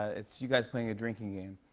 it's you guys playing a drinking game.